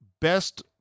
best